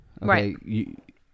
Right